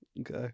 Okay